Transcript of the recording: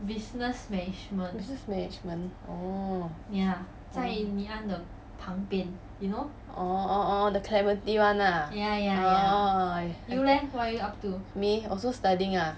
business management oh the clementi [one] oh me also studying ah